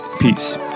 Peace